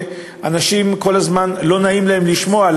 שאנשים כל הזמן לא נעים להם לשמוע,